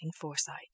foresight